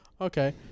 Okay